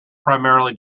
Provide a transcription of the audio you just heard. primarily